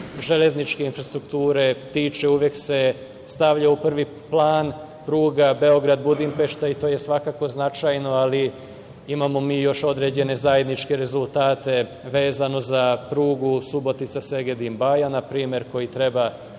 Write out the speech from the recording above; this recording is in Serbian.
železničke infrastrukture tiče, uvek se stavlja u prvi plan pruga Beograd-Budimpešta i to je svakako značajno, ali imamo mi još određene zajedničke rezultate vezano za prugu Subotica-Segedin-Baja, na primer, koju treba